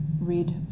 read